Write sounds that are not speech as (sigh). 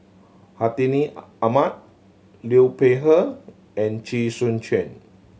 Hartinah (unintelligible) Ahmad Liu Peihe and Chee Soon Juan